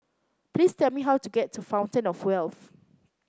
please tell me how to get to Fountain Of Wealth